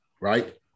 right